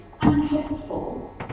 unhelpful